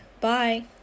Bye